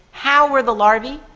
how were the larvae,